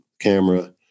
camera